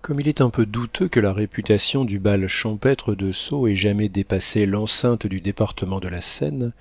comme il est un peu douteux que la réputation du bal champêtre de sceaux ait jamais dépassé l'enceinte du département de la seine